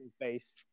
face